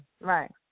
Right